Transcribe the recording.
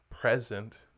present